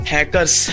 Hackers